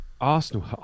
Arsenal